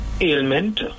ailment